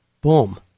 boom